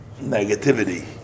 negativity